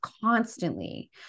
constantly